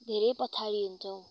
धेरै पछाडि हुन्छौँ